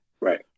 Right